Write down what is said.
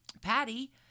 Patty